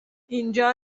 اینجا